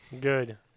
Good